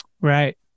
Right